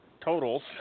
totals